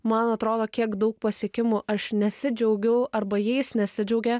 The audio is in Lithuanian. man atrodo kiek daug pasiekimų aš nesidžiaugiau arba jais nesidžiaugė